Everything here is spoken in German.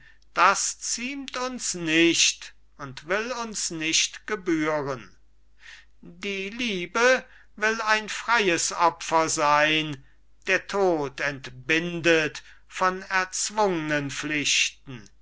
das ziemt uns nicht und will uns nicht gebühren die liebe will ein freies opfer sein der tod entbindet von erzwungnen pflichten